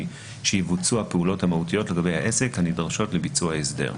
שיבוצעו הפעולות המהותיות לגבי העסק הנדרשות לביצוע ההסדר".